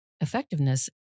effectiveness